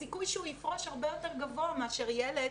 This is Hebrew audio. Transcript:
הסיכוי שהוא יפרוש הרבה יותר גבוה מאשר ילד